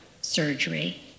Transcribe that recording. surgery